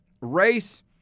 race